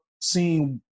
seeing